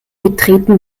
betreten